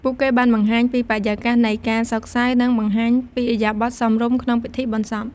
ពួកគេបានបង្ហាញពីបរិយាកាសនៃការសោកសៅ និងបង្ហាញពីឥរិយាបថសមរម្យក្នុងពិធីបុណ្យសព។